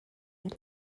elle